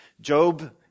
Job